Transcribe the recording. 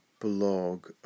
blog